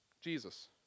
Jesus